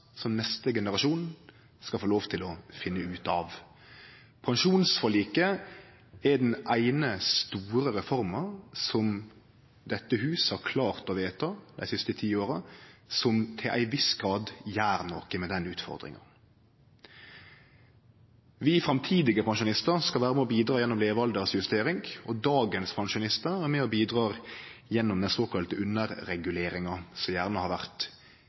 som neste generasjon skal få lov til å finne ut av. Pensjonsforliket er den eine store reforma som dette hus har klart å vedta dei siste ti åra som til ei viss grad gjer noko med den utfordringa. Vi framtidige pensjonistar skal vere med og bidra gjennom levealderjustering, og dagens pensjonistar er med og bidrar gjennom den såkalla underreguleringa, som gjerne har vore